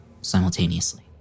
simultaneously